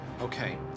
Okay